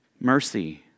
mercy